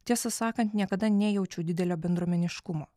tiesą sakant niekada nejaučiau didelio bendruomeniškumo